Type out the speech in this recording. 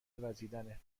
وزیدنه